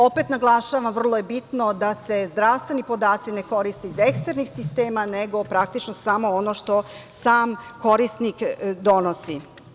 Opet naglašavam, vrlo je bitno da se zdravstveni podaci ne koriste iz eksternih sistema, nego, praktično, samo ono što sam korisnik donosi.